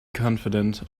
confident